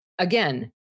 Again